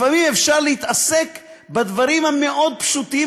לפעמים אפשר להתעסק בדברים המאוד-פשוטים,